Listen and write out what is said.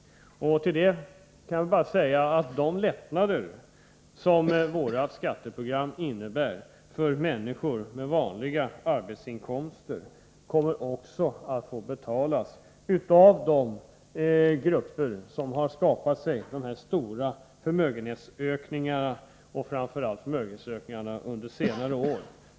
Jag vill framhålla att de lättnader som vårt skatteprogram innebär för människor med vanliga arbetsinkomster kommer att få betalas av de grupper som framför allt under senare år har skapat sig stora förmögenheter.